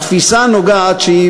התפיסה הנוגעת בדבר,